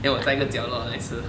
then 我在一个角落来吃